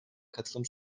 katılım